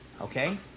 Okay